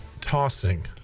tossing